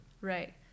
Right